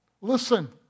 Listen